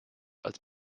als